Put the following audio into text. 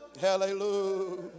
Hallelujah